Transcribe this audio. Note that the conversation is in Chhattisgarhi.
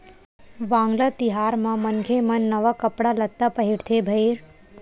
वांगला तिहार म मनखे मन नवा कपड़ा लत्ता पहिरथे भईर